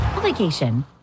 vacation